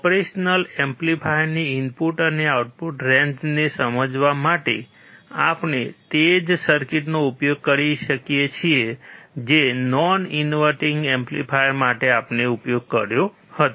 operational એમ્પ્લીફાયરની input અને output રેન્જને સમજવા માટે આપણે તે જ સર્કિટનો ઉપયોગ કરી શકીએ છીએ જે નોન ઇન્વર્ટીંગ એમ્પ્લીફાયર માટે આપણે ઉપયોગ કર્યો હતો